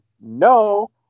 No